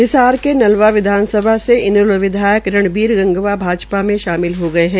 हिसार के नलवा विधानसभा से इनैलो विधायक रणबीर गंगवा भाजपा में शामिल हो गये है